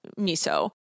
miso